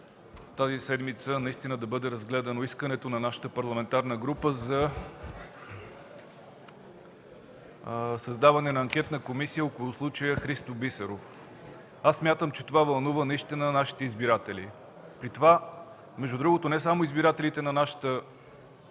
тази седмица наистина да бъде разгледано искането на нашата парламентарна група за създаване на анкетна комисия около случая Христо Бисеров. Аз смятам, че това наистина вълнува нашите избиратели. При това, между другото, не само избирателите на нашата парламентарна група.